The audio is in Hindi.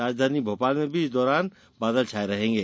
राजघानी भोपाल में भी इस दौरान बादल छाए रहेंगे